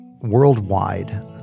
Worldwide